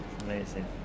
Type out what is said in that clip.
amazing